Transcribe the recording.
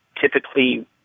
typically